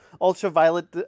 ultraviolet